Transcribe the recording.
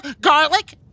garlic